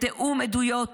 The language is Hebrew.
לתיאום עדויות